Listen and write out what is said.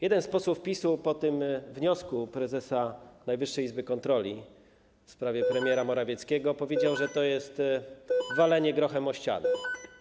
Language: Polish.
Jeden z posłów PiS-u po wniosku prezesa Najwyższej Izby Kontroli w sprawie premiera Morawieckiego powiedział, że to jest walenie grochem o ścianę.